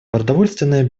продовольственная